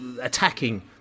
attacking